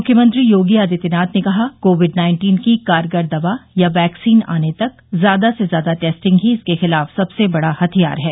मुख्यमंत्री योगी आदित्यनाथ ने कहा कोविड नाइंटीन की कारगर दवा या वैक्सीन आने तक ज्यादा से ज्यादा टेस्टिंग ही इसके खिलाफ सबसे बड़ा हथियार है